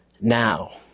now